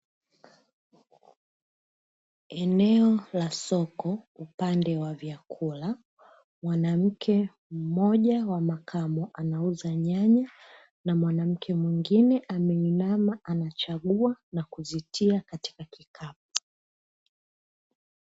Eneo la soko upande wa vyakula mwanamke mmoja wa makamu anauza nyanya na mwanamke mwingine, ameninama anachagua na kuzitia katika kikapu.